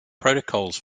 protocols